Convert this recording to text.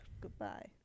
Goodbye